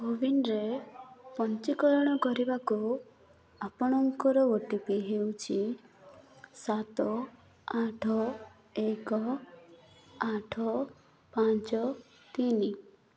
କୋୱିନ୍ରେ ପଞ୍ଜୀକରଣ କରିବାକୁ ଆପଣଙ୍କର ଓ ଟି ପି ହେଉଛି ସାତ ଆଠ ଏକ ଆଠ ପାଞ୍ଚ ତିନି